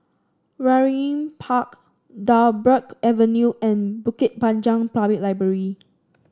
Waringin Park Dryburgh Avenue and Bukit Panjang Public Library